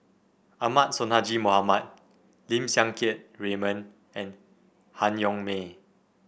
Ahmad Sonhadji Mohamad Lim Siang Keat Raymond and Han Yong May